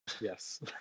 Yes